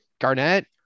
Garnett